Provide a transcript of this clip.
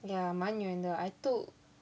ya 蛮远的 I took